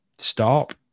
Stop